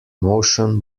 motion